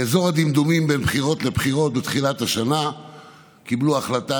באזור הדמדומים בין בחירות לבחירות בתחילת השנה קיבלו החלטה